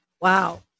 Wow